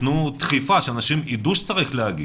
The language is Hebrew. תתנו דחיפה כדי שאנשים יידעו שצריך להגיש.